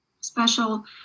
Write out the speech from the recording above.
special